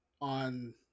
on